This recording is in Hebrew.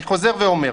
אני חוזר ואומר,